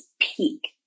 peak